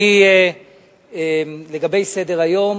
לגבי סדר-היום,